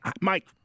Mike